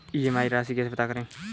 EMI राशि कैसे पता करें?